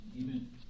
Amen